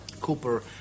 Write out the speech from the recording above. Cooper